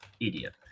idiot